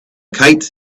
kite